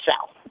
South